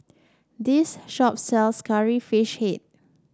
this shop sells Curry Fish Head